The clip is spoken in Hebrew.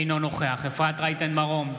אינו נוכח אפרת רייטן מרום,